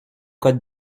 code